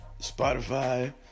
Spotify